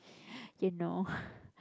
you know